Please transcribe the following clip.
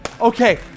Okay